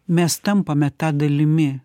mes tampame ta dalimi